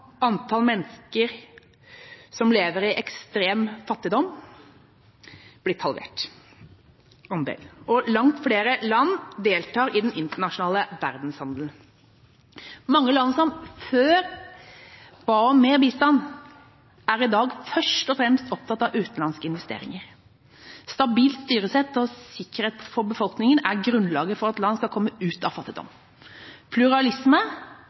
halvert, og langt flere land deltar i den internasjonale verdenshandelen. Mange land som før ba om mer bistand, er i dag først og fremst opptatt av utenlandske investeringer. Stabilt styresett og sikkerhet for befolkningen er grunnlaget for at land skal komme ut av fattigdom. Pluralisme